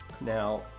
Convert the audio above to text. Now